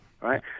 right